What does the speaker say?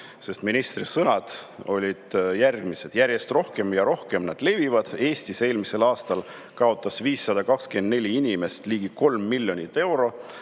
sest ministri sõnad olid järgmised: "Järjest rohkem ja rohkem nad levivad. Eestis eelmisel aastal kaotas 524 inimest ligi 3 miljonit eurot